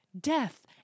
death